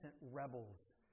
rebels